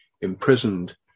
imprisoned